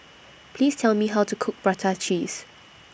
Please Tell Me How to Cook Prata Cheese